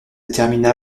termina